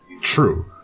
true